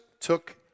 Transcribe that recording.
took